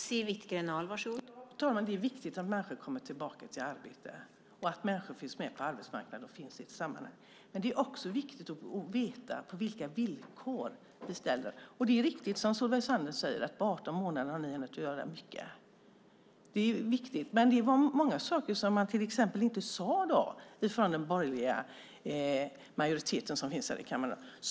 Fru talman! Det är viktigt att människor kommer tillbaka till arbetet och att människor finns med på arbetsmarknaden och i ett sammanhang. Men det är också viktigt att veta på vilka villkor. Och det är riktigt som Solveig Zander säger, att på 18 månader har ni hunnit göra mycket. Men det var många saker som man inte sade från den borgerliga majoritet som finns här i kammaren.